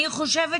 אני חושבת